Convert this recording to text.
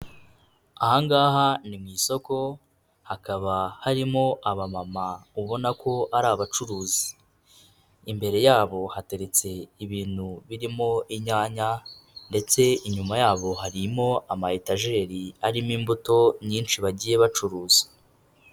Ahangaha ni mu isoko, hakaba harimo abamama ubona ko ari abacuruzi, imbere yabo hateretse ibintu birimo inyanya ndetse inyuma yabo harimo amayetajeri arimo imbuto nyinshi bagiye bacuruza.